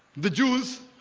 the jews